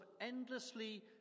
endlessly